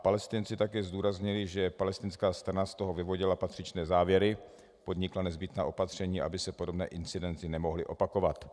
Palestinci také zdůraznili, že palestinská strana z toho vyvodila patřičné závěry, podnikla nezbytná opatření, aby se podobné incidenty nemohly opakovat.